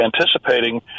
anticipating